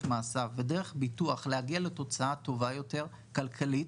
מעשיו ודרך ביטוח להגיע לתוצאה טובה יותר כלכלית,